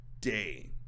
day